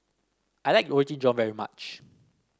I like Roti John very much